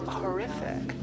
horrific